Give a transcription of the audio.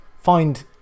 find